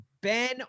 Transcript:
Ben